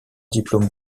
diplôme